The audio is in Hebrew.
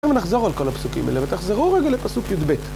ונחזור על כל הפסוקים האלה, ותחזרו רגע לפסוק י״ב